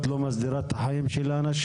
אם את לא מסדירה את החיים של האנשים,